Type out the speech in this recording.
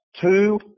Two